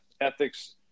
Ethics